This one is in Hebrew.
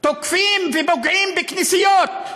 תוקפים ופוגעים בכנסיות,